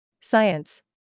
Science